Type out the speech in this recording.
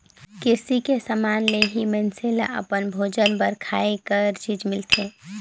किरसी के समान ले ही मइनसे ल अपन भोजन बर खाए कर चीज मिलथे